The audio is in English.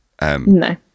No